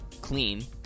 clean